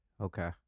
Okay